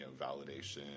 validation